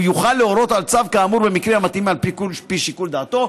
והוא יוכל להורות על צו כאמור במקרים המתאימים על פי שיקול דעתו.